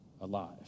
alive